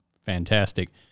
fantastic